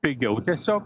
pigiau tiesiog